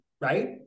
right